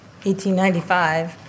1895